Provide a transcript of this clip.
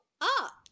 up